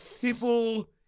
people